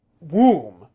womb